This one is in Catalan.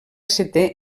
setè